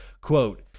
Quote